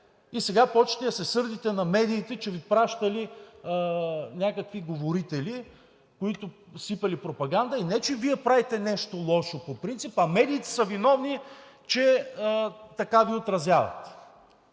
И сега започвате да се сърдите на медиите, че Ви пращали някакви говорители, които сипели пропаганда. И не че Вие правите нещо лошо по принцип, а медиите са виновни, че така Ви отразяват.